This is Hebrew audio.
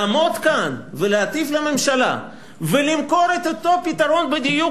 לעמוד כאן ולהטיף לממשלה ולמכור את אותו פתרון בדיוק,